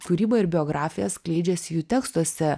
kūryba ir biografija skleidžiasi jų tekstuose